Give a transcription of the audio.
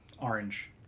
Orange